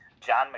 John